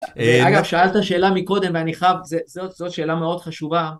אגב, שאלת שאלה מקודם ואני חייב, זאת שאלה מאוד חשובה.